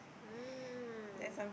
ah